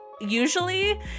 usually